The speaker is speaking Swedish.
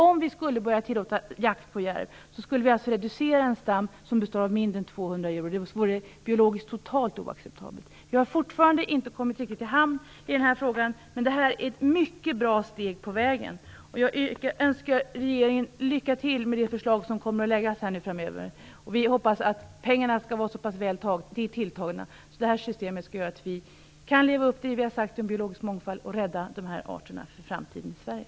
Om vi skulle börja tillåta jakt på järv skulle vi reducera en stam som består av mindre än 200 djur, och det vore biologiskt totalt oacceptabelt. Vi har fortfarande inte kommit riktigt i hamn i den här frågan, men det här är ett mycket bra steg på vägen. Jag önskar regeringen lycka till med det förslag som kommer att läggas fram inom kort. Låt oss hoppas att pengarna kommer att vara så väl tilltagna att vi kan leva upp till det vi har sagt om biologisk mångfald och rädda de här arterna för framtiden i Sverige.